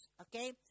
okay